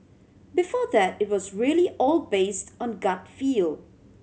before that it was really all based on gut feel